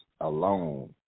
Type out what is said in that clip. Alone